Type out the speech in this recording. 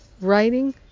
writing